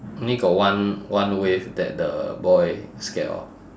only got one one wave that the boy scared of